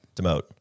demote